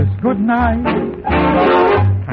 goodnight